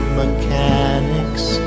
mechanics